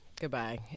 Goodbye